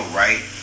right